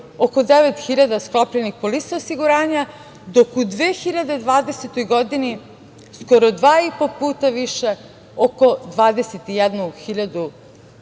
oko 9.000 sklopljenih polisa osiguranja, dok u 2020. godini skoro dva i po puta više, oko 21.000